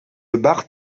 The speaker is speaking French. barre